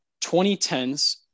2010s